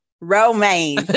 Romaine